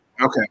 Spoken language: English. okay